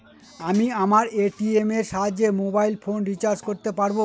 আমি আমার এ.টি.এম এর সাহায্যে মোবাইল ফোন রিচার্জ করতে পারব?